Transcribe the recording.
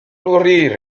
nourrir